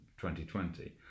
2020